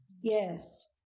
yes